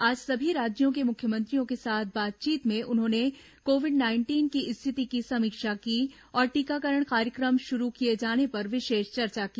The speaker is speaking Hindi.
आज सभी राज्यों के मुख्यमंत्रियों के साथ बातचीत में उन्होंने कोविड नाइंटीन की स्थिति की समीक्षा की और टीकाकरण कार्यक्रम शुरू किए जाने पर विशेष चर्चा की